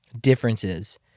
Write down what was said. differences